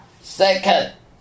Second